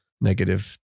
negative